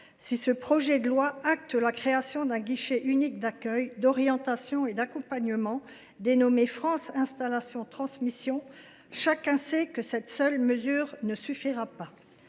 Si ce projet de loi entérine la création d’un guichet unique d’accueil, d’orientation et d’accompagnement, dénommé France installations transmissions, chacun sait que cette seule mesure ne suffira pas.